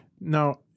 Now